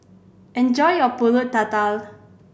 enjoy your Pulut Tatal